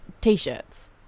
t-shirts